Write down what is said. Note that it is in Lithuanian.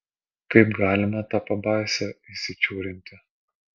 kaip galima tą pabaisą įsičiūrinti